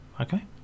Okay